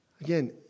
Again